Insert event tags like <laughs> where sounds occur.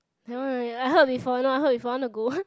that one ya I heard before no I heard before I want to go <laughs>